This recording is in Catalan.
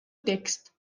text